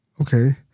okay